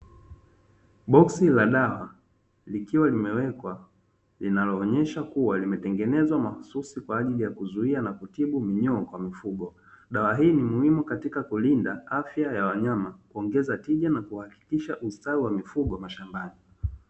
Boksi la dawa likiwa limewekwa linaloonyesha kuwa limetengenezwa mahususi kwa ajili ya kuzuia na kutibu minyoo kwa mifugo. Dawa hii ni muhimu katika kulinda afya ya wanyama, kuongeza tija na kuhakikisha ustawi wa mifugo mashambani.